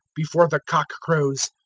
before the cock crows,